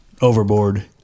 overboard